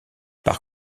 par